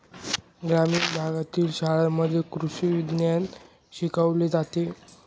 ग्रामीण भागातील शाळांमध्ये कृषी विज्ञान शिकवले जाते